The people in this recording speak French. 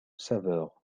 saveur